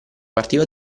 partiva